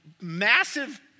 massive